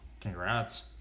congrats